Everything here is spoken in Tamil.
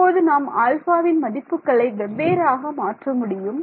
இப்போது நாம் ஆல்பாவின் மதிப்புகளை வெவ்வேறாக மாற்ற முடியும்